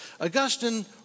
Augustine